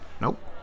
nope